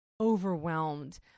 overwhelmed